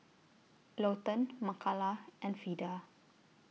Lawton Makala and Vida